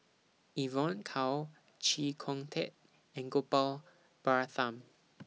Evon Kow Chee Kong Tet and Gopal Baratham